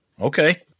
Okay